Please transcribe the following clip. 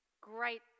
Great